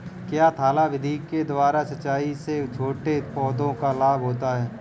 क्या थाला विधि के द्वारा सिंचाई से छोटे पौधों को लाभ होता है?